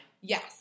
Yes